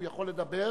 הוא יכול לדבר,